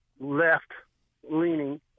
left-leaning